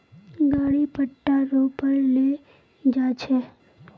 गाड़ी पट्टा रो पर ले जा छेक